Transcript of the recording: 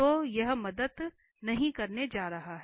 तो यह मदद नहीं करने जा रहा है